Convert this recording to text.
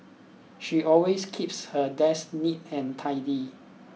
she always keeps her desk neat and tidy